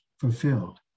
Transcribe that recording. fulfilled